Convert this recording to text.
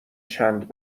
چند